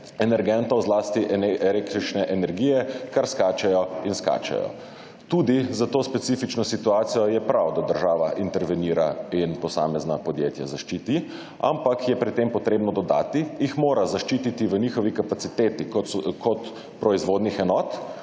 energentov zlasti električne energije kar skačejo in skačejo. Tudi za to specifično situacijo je prav, da država intervenira in posamezna podjetja zaščiti, ampak je pri tem potrebno dodati, jih mora zaščiti v njihovi kapaciteti kot proizvodnjah enot